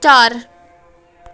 ਚਾਰ